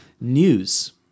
news